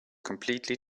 completely